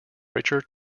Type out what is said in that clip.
richer